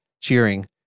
cheering